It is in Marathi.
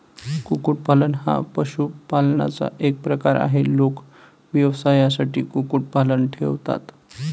कुक्कुटपालन हा पशुपालनाचा एक प्रकार आहे, लोक व्यवसायासाठी कुक्कुटपालन ठेवतात